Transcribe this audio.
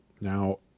Now